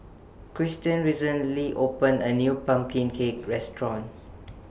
Christian recently opened A New Pumpkin Cake Restaurant